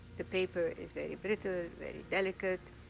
the paper is very brittle, very delicate.